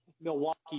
Milwaukee